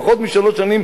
פחות משלוש שנים,